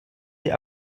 sie